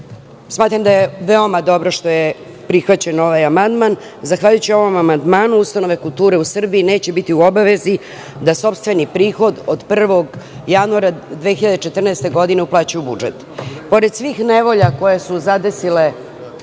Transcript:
smatram da je veoma dobro što je prihvaćen ovaj amandman. Zahvaljujući ovom amandmanu ustanove kulture neće biti u obavezi da sopstveni prihod od 1. januara 2014. godine uplaćuju u budžet. Pored svih nevolja koje su zadesile